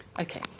Okay